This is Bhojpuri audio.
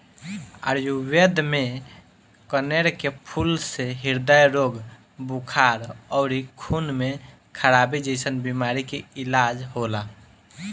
आयुर्वेद में कनेर के फूल से ह्रदय रोग, बुखार अउरी खून में खराबी जइसन बीमारी के इलाज होला